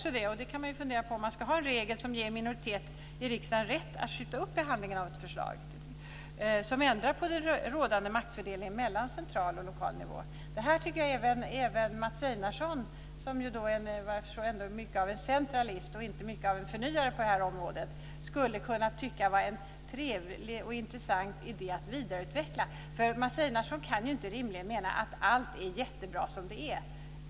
Sedan kan man fundera på om man ska ha en regel som ger en minoritet i riksdagen rätt att skjuta behandlingen av ett förslag, som ändrar på den rådande maktfördelningen mellan central och lokal nivå. Det här tycker jag att även Mats Einarsson, som ändå är mycket av en centralist och inte mycket av en förnyare på det här området, skulle kunna tycka vara en intressant idé att vidareutveckla. Mats Einarsson kan inte rimligen mena att allt är jättebra som det är.